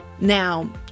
now